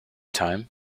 time